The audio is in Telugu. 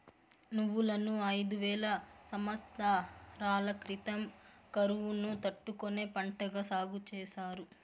నువ్వులను ఐదు వేల సమత్సరాల క్రితం కరువును తట్టుకునే పంటగా సాగు చేసారు